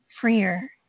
freer